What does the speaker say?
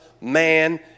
man